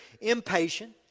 impatient